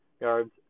yards